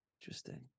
interesting